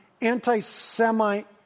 anti-Semitic